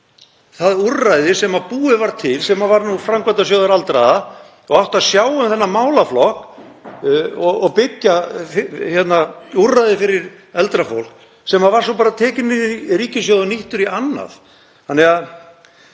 það úrræði sem búið var til, sem var Framkvæmdasjóður aldraðra, og átti að sjá um þennan málaflokk og byggja úrræði fyrir eldra fólk en var svo bara tekið í ríkissjóð og nýtt í annað.